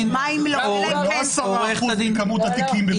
--- זה לא 10% מכמות התיקים בבתי הדין.